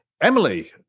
Emily